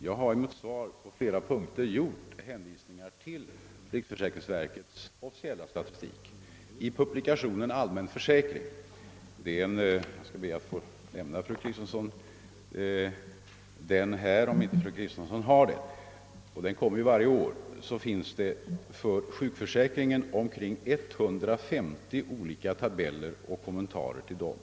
Jag har i mitt svar på flera punkter gjort hänvisningar till riksförsäkringsverkets officiella statistik, som redovisas i publikationen Allmän försäkring, vilken utkommer varje år. Jag skall be att få lämna ett exemplar av denna publikation till fru Kristensson, om hon inte har den. I den statistiken finns för sjukförsäkringen 150 olika tabeller samt kommentarer till dessa.